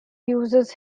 uses